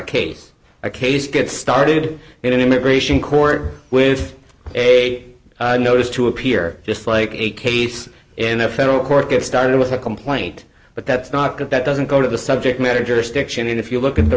case a case get started in an immigration court with a notice to appear just like a case in a federal court that started with a complaint but that's not good that doesn't go to the subject matter jurisdiction and if you look at the